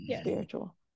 spiritual